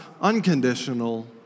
unconditional